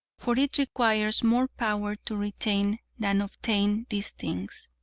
for it requires more power to retain than obtain these things.